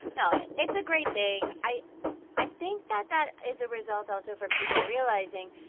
no, it's a great thing. i i think that that is a result also from people realizing,